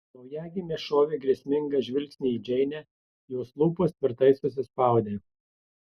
naujagimė šovė grėsmingą žvilgsnį į džeinę jos lūpos tvirtai susispaudė